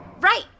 Right